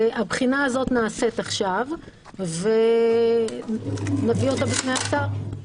הבחינה הזאת נעשית עכשיו ונביא אותה בפני השר.